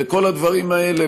וכל הדברים האלה,